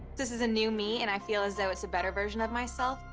this is a new me and i feel as though it's a better version of myself.